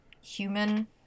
human